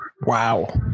Wow